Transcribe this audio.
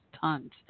tons